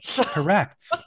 Correct